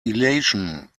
elation